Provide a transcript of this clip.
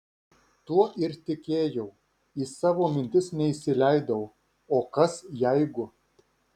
tuo ir tikėjau į savo mintis neįsileidau o kas jeigu